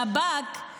השב"כ מתנגד לחוק.